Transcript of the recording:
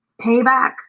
payback